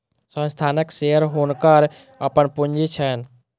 संस्थानक शेयर हुनकर अपन पूंजी छैन